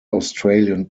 australian